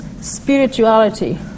spirituality